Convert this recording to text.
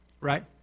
Right